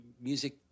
music